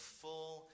full